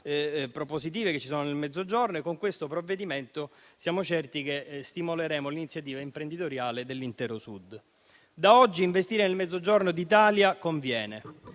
propositive che ci sono nel Mezzogiorno e con questo provvedimento siamo certi che stimoleremo l'iniziativa imprenditoriale dell'intero Sud. Da oggi investire nel Mezzogiorno d'Italia conviene,